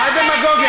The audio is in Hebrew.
מה דמגוגיה?